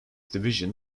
division